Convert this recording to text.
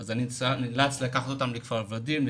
ולכן אני נאלץ לקחת אותם לכפר ורדים,